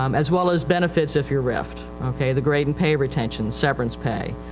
um as well as benefits if youire rifid. okay. the grade and pay retention, severance pay.